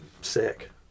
sick